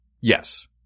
Yes